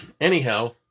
Anyhow